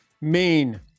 main